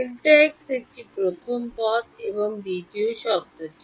Δx এটি প্রথম পদ এবং দ্বিতীয় শব্দটি